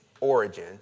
origin